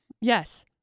Yes